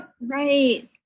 right